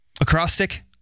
Acrostic